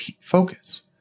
focus